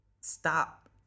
stop